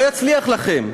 לא יצליח לכם,